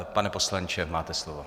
Pane poslanče, máte slovo.